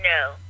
No